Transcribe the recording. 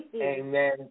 Amen